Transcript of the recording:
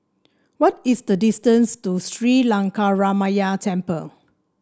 what is the distance to Sri Lankaramaya Temple